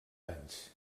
anys